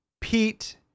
Pete